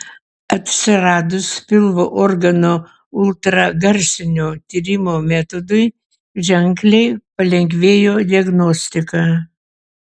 atsiradus pilvo organų ultragarsinio tyrimo metodui ženkliai palengvėjo diagnostika